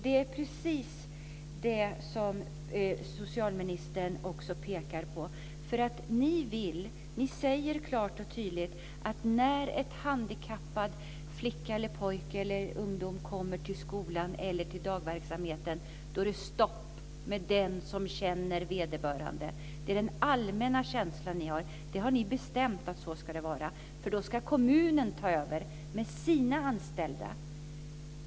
Det är precis detta som socialministern pekar på. Ni säger klart och tydligt att när en handikappad ung person, flicka eller pojke, kommer till skolan eller till dagverksamheten är det stopp för den som känner vederbörande. Det är er allmänna inställning. Ni har bestämt att det ska vara så. Då ska kommunen ta över med sina anställda.